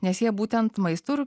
nes jie būtent maistu ir